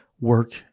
work